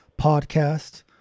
podcast